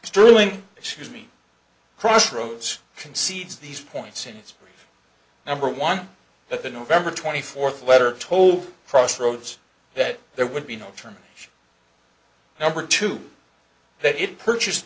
sterling excuse me crossroads concedes these points in its number one that the nov twenty fourth letter told crossroads that there would be no term number two that it purchased